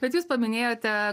bet jūs paminėjote